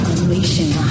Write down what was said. Unleashing